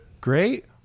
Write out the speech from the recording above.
great